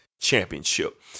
championship